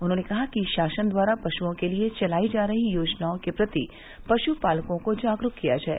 उन्होंने कहा कि शासन द्वारा पश्नओं के लिए चलायी जा रही योजनाओं के प्रति पश्पालकों को जागरूक किया जाए